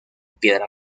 piedra